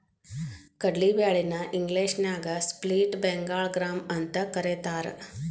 ಕಡ್ಲಿ ಬ್ಯಾಳಿ ನ ಇಂಗ್ಲೇಷನ್ಯಾಗ ಸ್ಪ್ಲಿಟ್ ಬೆಂಗಾಳ್ ಗ್ರಾಂ ಅಂತಕರೇತಾರ